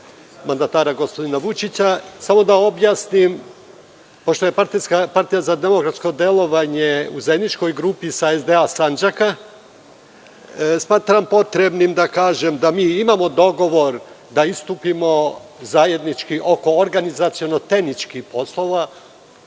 mandatara gospodina Vučića, samo da objasnim. Pošto je Partija za demokratsko delovanje u zajedničkoj grupi sa SDA Sandžaka, smatram potrebnim da kažem da mi imamo dogovor da istupimo zajednički oko organizaciono-tehničkih poslova